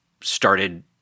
started –